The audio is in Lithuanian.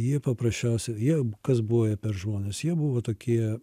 jie paprasčiausiai jie kas buvo jie per žmonės jie buvo tokie